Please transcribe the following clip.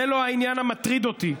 זה לא העניין המטריד אותי.